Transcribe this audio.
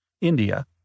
India